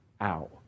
out